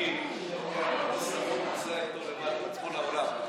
לפיד לוקח מטוס שכור ונוסע איתו לבד לכל העולם,